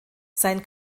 sein